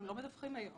לא ענייננו כרגע.